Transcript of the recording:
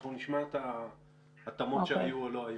אנחנו נשמע את ההתאמות שהיו או לא היו.